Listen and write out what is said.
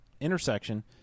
intersection